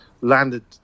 landed